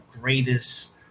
greatest